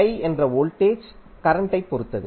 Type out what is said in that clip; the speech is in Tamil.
3i என்ற வோல்டேஜ் கரண்ட் ஐப் பொறுத்தது